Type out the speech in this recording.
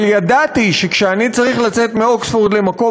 אבל ידעתי שכשאני צריך לצאת מאוקספורד למקום